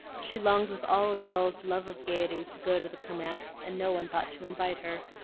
she longed with all a girl's love of gayety to go to the kirmess, and no one thought to invite her.